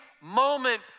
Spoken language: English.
moment